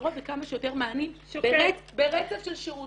מסגרות וכמה שיותר מענים ברצף של שירותים.